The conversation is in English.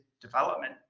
development